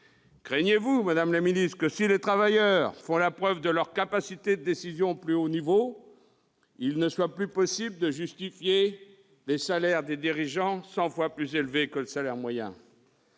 Craignez-vous, madame la ministre, que si les travailleurs font la preuve de leurs capacités de décision au plus haut niveau, il ne soit plus possible de justifier les salaires de dirigeants cent fois plus élevés que le salaire moyen ?